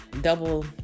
double